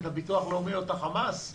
את הביטוח הלאומי או את החמאס?